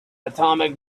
atomic